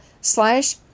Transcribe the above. slash